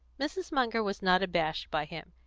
mrs. munger was not abashed by him.